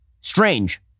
Strange